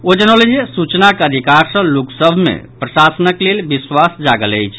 ओ जनौलनि जे सूचनाक अधिकार सँ लोक सभ मे प्रशासनक लेल विश्वास जागल अछि